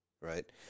right